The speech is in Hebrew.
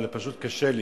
אבל פשוט קשה לי,